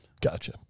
gotcha